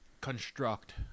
construct